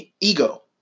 Ego